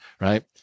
right